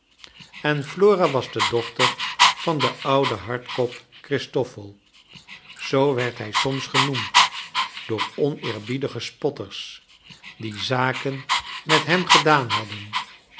en flora was de dochter van den ouden hardkop christoffel zoo werd hij soms genoemd door oneerbiedige spotters die zaken met hem gedaan hadden